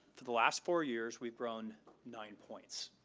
to the last four years, we've grown nine points,